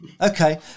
okay